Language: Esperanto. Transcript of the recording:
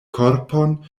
korpon